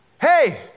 Hey